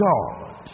God